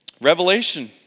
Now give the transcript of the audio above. Revelation